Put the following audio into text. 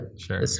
Sure